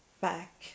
back